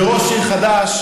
בראש עיר חדש,